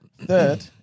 Third